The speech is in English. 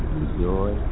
enjoy